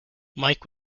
mike